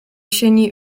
sieni